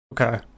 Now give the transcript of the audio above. Okay